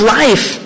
life